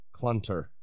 clunter